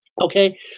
Okay